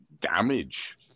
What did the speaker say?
damage